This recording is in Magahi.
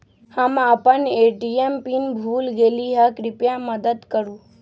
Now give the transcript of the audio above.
हम अपन ए.टी.एम पीन भूल गेली ह, कृपया मदत करू